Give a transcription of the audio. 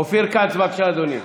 אופיר כץ, בבקשה, אדוני.